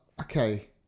Okay